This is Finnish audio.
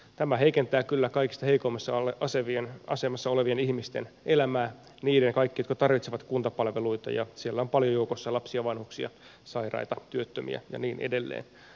tämä heikentää kyllä kaikista heikoimmassa asemassa olevien ihmisten elämää niiden kaikkien jotka tarvitsevat kuntapalveluita ja siellä on paljon joukossa lapsia vanhuksia sairaita työttömiä ja niin edelleen